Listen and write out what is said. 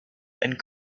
and